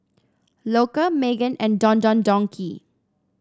Loacker Megan and Don Don Donki